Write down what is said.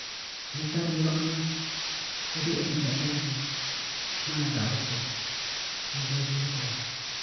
ᱱᱮᱛᱟᱨ ᱧᱮᱞᱚᱜ ᱠᱟᱱᱟ ᱟᱹᱰᱤ ᱟᱹᱰᱤ ᱡᱡᱟᱭᱜᱟ ᱨᱮᱜᱮ ᱢᱟᱱᱮ ᱫᱟᱨᱮ ᱠᱚ ᱵᱤᱨ ᱵᱩᱨᱩ ᱠᱚ